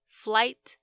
flight